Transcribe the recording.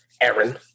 Aaron